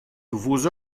nouveaux